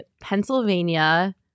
Pennsylvania